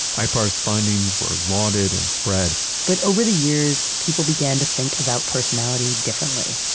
ah ipar's findings were lauded and spread but over the years, people began to think about personality differently.